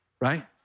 Right